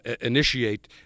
initiate